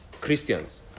Christians